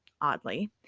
oddly